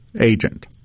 agent